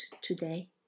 today